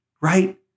right